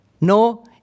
No